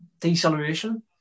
deceleration